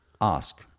ask